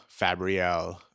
Fabrielle